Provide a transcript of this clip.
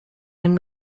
and